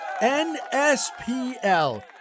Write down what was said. NSPL